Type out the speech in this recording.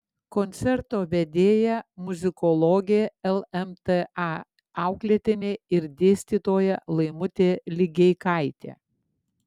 koncerto vedėja muzikologė lmta auklėtinė ir dėstytoja laimutė ligeikaitė